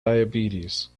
diabetes